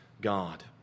God